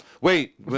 wait